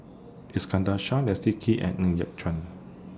Iskandar Shah Leslie Kee and Ng Yat Chuan